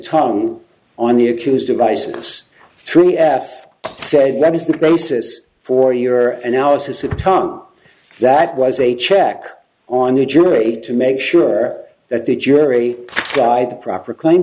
tongue on the accused of isis through f said that is the basis for your analysis of tom that was a check on the jury to make sure that the jury by the proper claim